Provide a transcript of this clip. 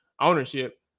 ownership